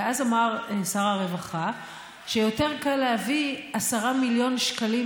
ואז אמר שר הרווחה שיותר קל להביא 10 מיליון שקלים